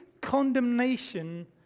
condemnation